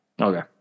Okay